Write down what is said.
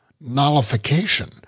nullification